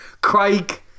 Craig